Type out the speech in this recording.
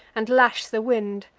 and lash the wind.